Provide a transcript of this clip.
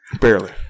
Barely